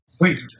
wait